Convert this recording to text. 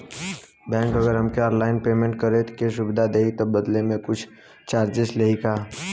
Bank अगर हमके online payment करे के सुविधा देही त बदले में कुछ चार्जेस लेही का?